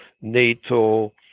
NATO